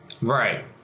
Right